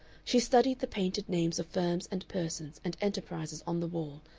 she studied the painted names of firms and persons and enterprises on the wall,